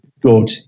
good